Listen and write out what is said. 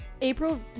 April